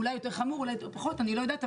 אולי יותר חמור ואולי פחות אני לא יודעת,